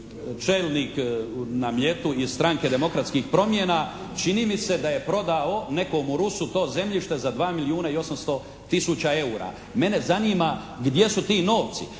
čelnik na Mljetu iz Stranke demokratskih promjena čini mi se da je prodao nekomu Rusu to zemljište za 2 milijuna i 800 tisuća eura. Mene zanima gdje su ti novci.